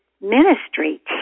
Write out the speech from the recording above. ministry